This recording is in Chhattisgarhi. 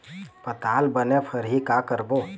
पताल बने फरही का करबो?